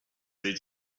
they